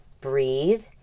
breathe